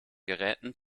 geräten